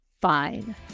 fine